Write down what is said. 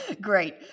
great